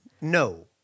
No